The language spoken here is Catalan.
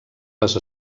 les